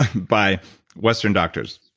by western doctors.